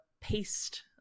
paste